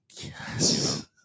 Yes